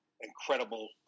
incredible